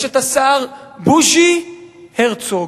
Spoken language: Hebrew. יש השר בוז'י הרצוג.